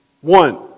One